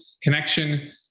connection